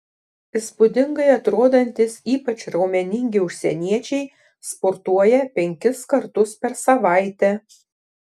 įspūdingai atrodantys ypač raumeningi užsieniečiai sportuoja penkis kartus per savaitę